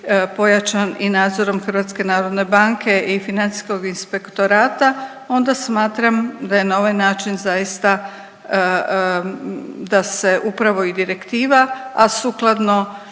pojačan i nadzorom Hrvatske narodne banke i Financijskog inspektorata onda smatram da je na ovaj način zaista, da se upravo i direktiva a sukladno